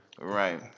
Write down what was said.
Right